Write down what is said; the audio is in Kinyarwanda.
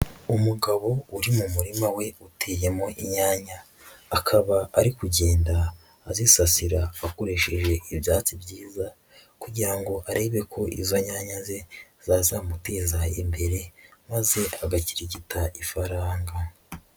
Umugabo uri mu murima we uteyemo inyanya, akaba ari kugenda azisasira akoresheje ibyatsi byiza kugira ngo arebe ko izo nyanya ze zazamuteza imbere maze agakirigita ifaranga.